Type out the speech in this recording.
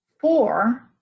Four